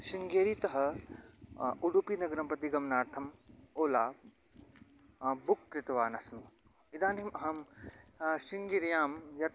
शृङ्गेरीतः उडुपिनगरं प्रति गमनार्थम् ओला बुक्कृत्वानस्मि इदानीम् अहं शृङ्गेर्यां यत्